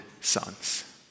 sons